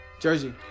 Jersey